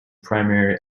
primary